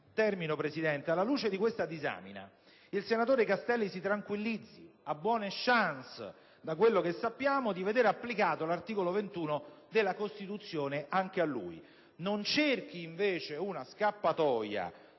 partito politico. Alla luce di questa disamina, il senatore Castelli si tranquillizzi: ha buone *chances*, da ciò che sappiamo, di vedere applicato l'articolo 21 della Costituzione anche a lui. Non cerchi invece una scappatoia